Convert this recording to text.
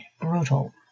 brutal